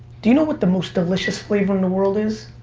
do you know what the most delicious flavor in the world is?